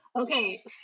Okay